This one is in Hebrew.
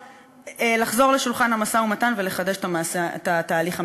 לשולחן המשא-ומתן ולחדש את התהליך המדיני.